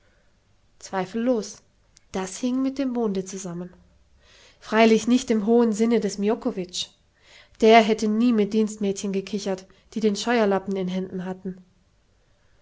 zweifellos das hing mit dem monde zusammen freilich nicht im hohen sinne des miokowitsch der hätte nie mit dienstmädchen gekichert die den scheuerlappen in händen hatten